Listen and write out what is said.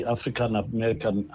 African-American